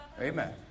Amen